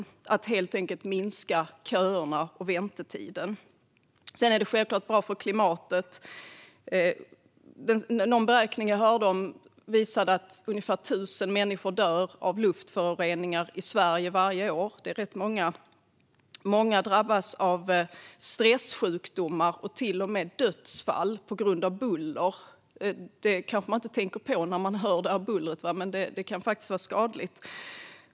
Det handlar helt enkelt om att minska köerna och väntetiden. Det är självklart också bra för klimatet. Jag hörde om en beräkning som visade att ungefär 1 000 människor dör av luftföroreningar i Sverige varje år; det är rätt många. Många drabbas också av stressjukdomar och till och med dödsfall på grund av buller. Det kanske man inte tänker på när man hör detta buller, men det kan faktiskt vara skadligt.